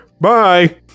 Bye